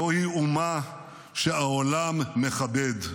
זוהי אומה שהעולם מכבד.